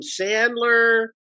Sandler